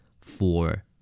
four